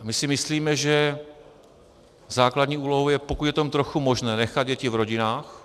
My si myslíme, že základní úlohou je, pokud je to jen trochu možné, nechat děti v rodinách.